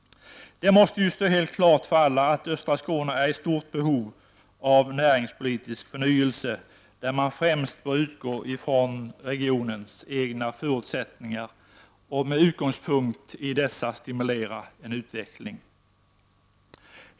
Det måste stå helt klart för alla att östra Skåne är i stort behov av en näringspolitisk förnyelse, där man främst bör utgå från regionens egna förutsättningar och med utgångspunkt i dessa stimulera en utveckling.